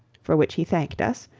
for which he thanked us,